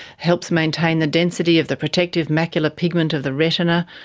helps maintain the density of the protective macular pigment of the retina,